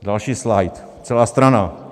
Další slajd, celá strana.